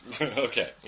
Okay